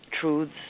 truths